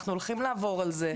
אנחנו הולכים לעבור על זה,